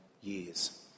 years